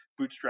bootstrapped